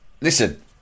Listen